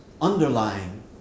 underlying